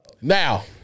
now